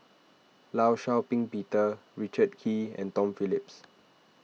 Law Shau Ping Peter Richard Kee and Tom Phillips